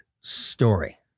story